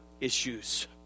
issues